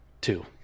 two